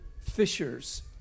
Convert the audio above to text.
fishers